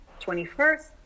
21st